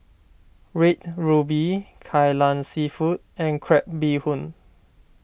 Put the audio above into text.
Red Ruby Kai Lan Seafood and Crab Bee Hoon